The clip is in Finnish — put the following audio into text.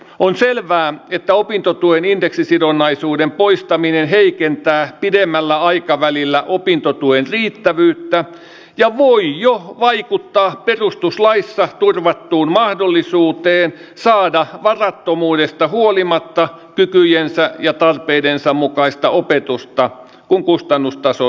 on selvää että opintotuen indeksisidonnaisuuden poistaminen heikentää pidemmällä aikavälillä opintotuen riittävyyttä ja voi jo vaikuttaa perustuslaissa turvattuun mahdollisuuteen saada varattomuudesta huolimatta kykyjensä ja tarpeidensa mukaista opetusta kun kustannustaso nousee